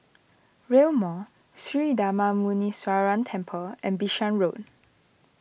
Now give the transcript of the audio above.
Rail Mall Sri Darma Muneeswaran Temple and Bishan Road